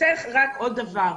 ברשותך רק עוד דבר.